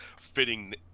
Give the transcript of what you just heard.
fitting